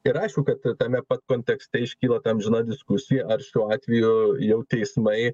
ir aišku kad tame kontekste iškyla ta amžina diskusija ar šiuo atveju jau teismai